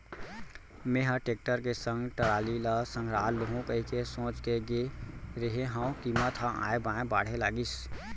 मेंहा टेक्टर के संग टराली ल संघरा लुहूं कहिके सोच के गे रेहे हंव कीमत ह ऑय बॉय बाढ़े लगिस